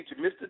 Mr